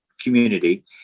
community